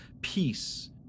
peace